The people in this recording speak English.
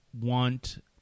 want